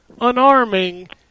unarming